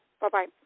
Bye-bye